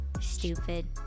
Stupid